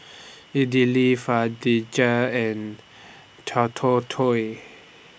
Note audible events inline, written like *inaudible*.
Idili *unintelligible* and *unintelligible*